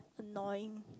annoying